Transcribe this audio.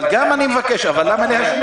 אני מבקש גם מהם, אבל למה להשמיד?